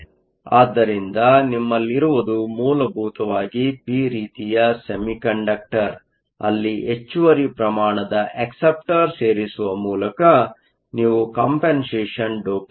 ಆದ್ದರಿಂದ ನಿಮ್ಮಲ್ಲಿರುವುದು ಮೂಲಭೂತವಾಗಿ ಪಿ ರೀತಿಯ ಸೆಮಿಕಂಡಕ್ಟರ್ ಅಲ್ಲಿ ಹೆಚ್ಚುವರಿ ಪ್ರಮಾಣದ ಅಕ್ಸೆಪ್ಟರ್ ಸೇರಿಸುವ ಮೂಲಕ ನೀವು ಕಂಪನ್ಸೇಷನ್ಮಾಡಿದ್ದೀರಿ